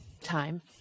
time